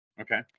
Okay